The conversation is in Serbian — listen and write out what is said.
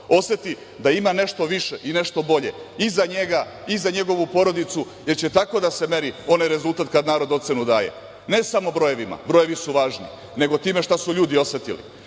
oseti da ima nešto više i nešto bolje i za njega i za njegovu porodicu, jer će tako da se meri onaj rezultat kad narod ocenu daje, ne samo brojevima, brojevi su važni, nego time šta su ljudi osetili.